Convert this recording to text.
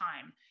time